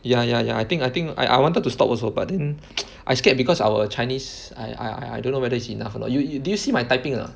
ya ya ya I think I think I I wanted to stop also but then I scared because our chinese I I don't know whether it's enough or not you you did you see my typing or not